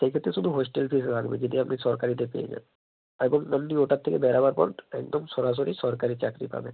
সেই ক্ষেত্রে শুধু হোস্টেল ফিস লাগবে যদি আপনি সরকারিতে পেয়ে যান তারপর ওটার থেকে বেরোবার পর একদম সরাসরি সরকারি চাকরি পাবেন